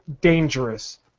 dangerous